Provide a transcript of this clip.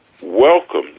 welcome